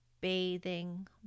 bathing